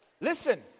Listen